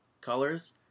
colors